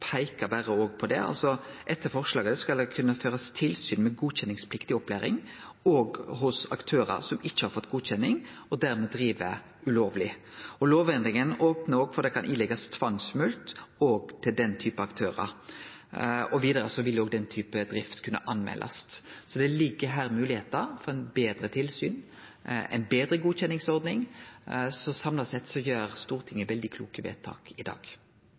på nokre av dei: Etter forslaget skal det kunne førast tilsyn med godkjenningspliktig opplæring òg hos aktørar som ikkje har fått godkjenning og dermed driv ulovleg. Lovendringa opnar opp for at ein kan gi tvangsmulkt til den typen aktørar. Vidare vil den typen drift òg kunne meldast til politiet. Så her ligg det moglegheiter for eit betre tilsyn og ei betre godkjenningsordning. Samla sett fattar Stortinget veldig kloke vedtak i dag.